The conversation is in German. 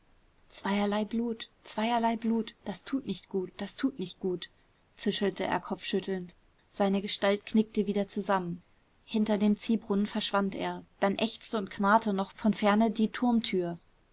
zweierlei blut zweierlei blut das tut nicht gut das tut nicht gut zischelte er kopfschüttelnd seine gestalt knickte wieder zusammen hinter dem ziehbrunnen verschwand er dann ächzte und knarrte noch von ferne die turmtür